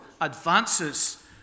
advances